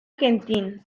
quentin